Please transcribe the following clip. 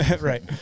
Right